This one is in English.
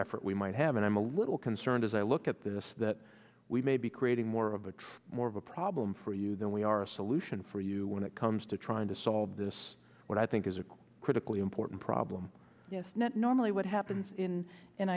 effort we might have and i'm a little concerned as i look at this that we may be creating more of a tree more of a problem for you than we are a solution for you when it comes to trying to solve this what i think is a critically important problem normally what happens in